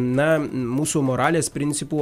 na mūsų moralės principų